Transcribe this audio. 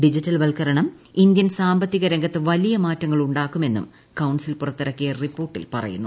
digital വൽക്കരണം Indian സാമ്പത്തിക രംഗത്ത് വലിയുക്മാർട്ടങ്ങൾ ഉണ്ടാക്കുമെന്നും കൌൺസിൽ പുറത്തിറക്കിയ റിപ്പോർട്ടിൽ പ്രിയുന്നു